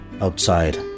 outside